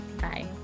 bye